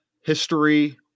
history